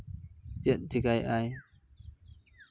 ᱪᱮᱫ ᱪᱤᱠᱟᱭᱮᱫ ᱟᱭ